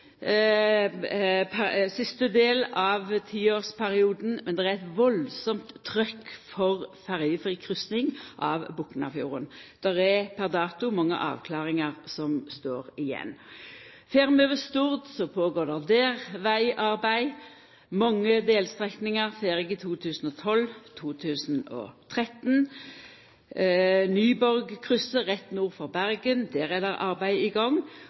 del av tiårsperioden. Men det er eit veldig trykk for ferjefri kryssing av Boknafjorden. Det er per dato mange avklaringar som står igjen. Fer vi over Stord, går det der føre seg vegarbeid. Mange delstrekningar er ferdige i 2012–2013. Det er arbeid i gang på Nyborgkrysset rett nord for Bergen,